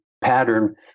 pattern